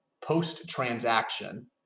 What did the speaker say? post-transaction